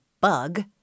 bug